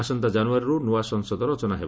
ଆସନ୍ତା ଜାନୁୟାରୀରୁ ନୂଆ ସଂସଦ ରଚନା ହେବ